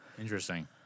interesting